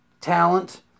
talent